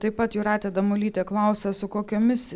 taip pat jūratė damulytė klausia su kokiomis